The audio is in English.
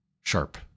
sharp